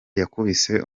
yakubise